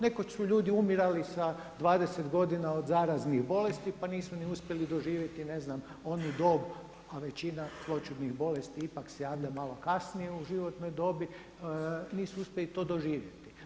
Nekoć su ljudi umirali sa 20 godina od zaraznih bolesti, pa nisu ni uspjeli doživjeti ne znam onu dob, a većina zloćudnih bolesti ipak se javlja malo kasnije u životnoj dobi, nisu uspjeli to doživjeti.